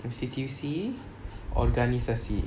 institusi organisasi